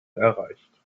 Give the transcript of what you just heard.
erreicht